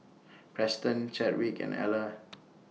Preston Chadwick and Ellar